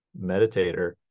meditator